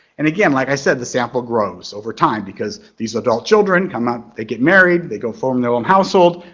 and again, like i said, the sample grows over time because these adult children come up, they get married, they go form their own household,